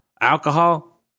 Alcohol